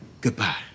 goodbye